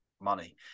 Money